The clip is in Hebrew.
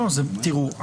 זה טרלול.